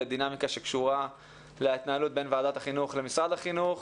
ודינמיקה שקשורה להתנהלות בין ועדת החינוך למשרד החינוך.